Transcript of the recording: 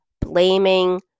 blaming